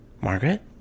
Margaret